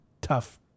tough